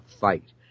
fight